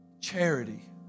charity